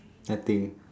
nothing